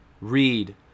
read